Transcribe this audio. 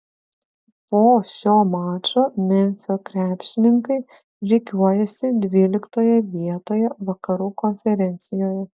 po šio mačo memfio krepšininkai rikiuojasi dvyliktoje vietoje vakarų konferencijoje